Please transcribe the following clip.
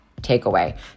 takeaway